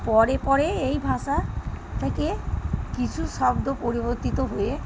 পরে পরে এই ভাষা থেকে কিছু শব্দ পরিবর্তিত হয়ে